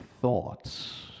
thoughts